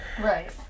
Right